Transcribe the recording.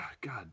god